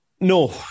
No